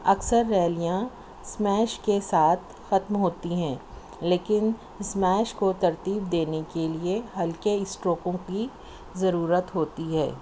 اکثر ریلیاں اسمیش کے ساتھ ختم ہوتی ہیں لیکن اسمیش کو ترتیب دینے کے لیے ہلکے اسٹروکوں کی ضرورت ہوتی ہے